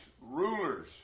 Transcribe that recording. rulers